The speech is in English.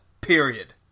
Period